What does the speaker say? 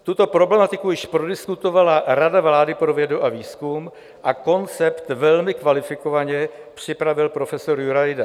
Tuto problematiku již prodiskutovala Rada vlády pro vědu a výzkum a koncept velmi kvalifikovaně připravil profesor Jurajda.